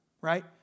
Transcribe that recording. right